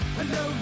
hello